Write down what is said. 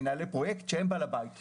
מנהלי פרויקט שהם בעל הבית.